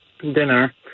dinner